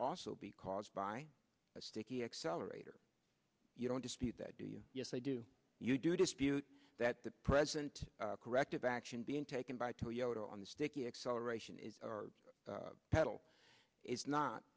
also be caused by a sticky accelerator you don't dispute that do you say do you do dispute that the present corrective action being taken by toyota on the sticky acceleration is our pedal is not